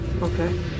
Okay